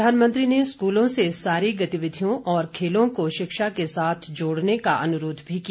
प्रधानमंत्री ने स्कूलों से सारी गतिविधियों और खेलों को शिक्षा के साथ जोड़ने का अनुरोध भी किया